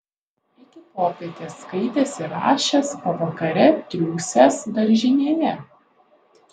iki popietės skaitęs ir rašęs pavakare triūsęs daržinėje